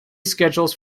schedules